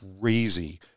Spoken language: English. crazy